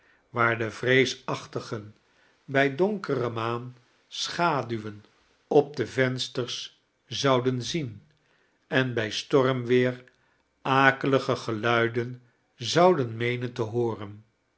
waar de vrcesachtigen bij donkere maan schaduwen op de vensters zouden zien en bij stormweer akeiige geluideu zouden nieeuen te hooren